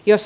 jos